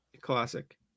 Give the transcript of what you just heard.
classic